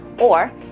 or,